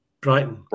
Brighton